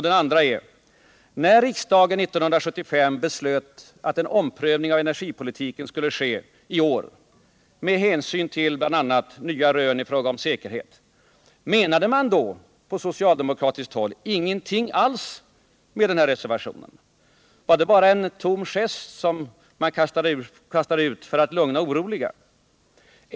Den andra frågan är: När riksdagen 1975 beslöt att en omprövning av energipolitiken skulle ske i år med hänsyn till bl.a. nya rön i fråga om säkerheten, menade man då på socialdemokratiskt håll ingenting alls med den här reservationen? Var det bara en tom gest för att lugna oroliga?